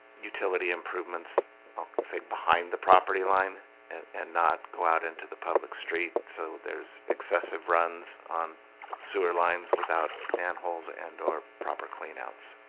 utility improvements i'll say behind the property line and and not go out into the public street so there's excessive runs on sewer lines without animals and or proper clean outs